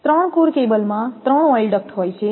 ત્રણ કોર કેબલમાં 3 oil duct હોય છે